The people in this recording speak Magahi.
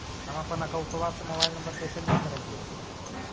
हमपन अकौउतवा से मोबाईल नंबर कैसे लिंक करैइय?